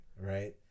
right